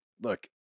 look